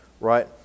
right